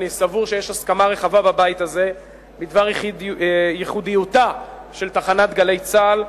אני סבור שיש הסכמה רחבה בבית הזה בדבר ייחודיותה של תחנת "גלי צה"ל",